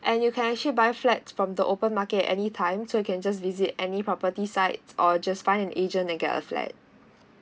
and you can actually buy flat from the open market any time so you can just visit any property sides or just find an agent and get a flat